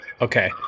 Okay